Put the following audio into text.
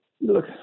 look